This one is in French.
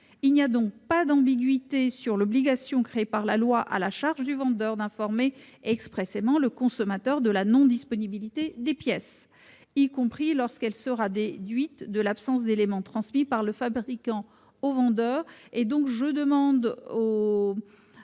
Il n'y a pas d'ambiguïté quant à l'obligation créée par ce texte, à la charge du vendeur, d'informer expressément le consommateur de la non-disponibilité des pièces, y compris lorsqu'elle sera déduite de l'absence d'éléments transmis par le fabricant aux vendeurs.